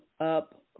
up